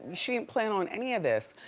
she didn't plan on any of this.